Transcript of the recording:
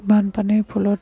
বানপানীৰ ফলত